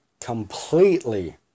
completely